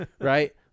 right